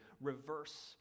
reverse